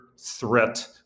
threat